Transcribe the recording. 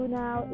now